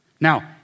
Now